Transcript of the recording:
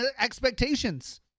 expectations